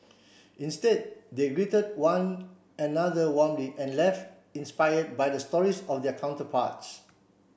instead they greeted one another warmly and life inspired by the stories of their counterparts